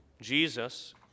Jesus